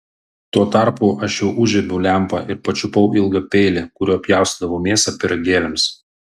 tuo tarpu aš jau užžiebiau lempą ir pačiupau ilgą peilį kuriuo pjaustydavau mėsą pyragėliams